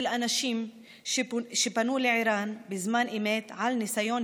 של אנשים שפנו לער"ן בזמן אמת על ניסיון